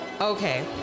Okay